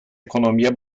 economia